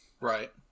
right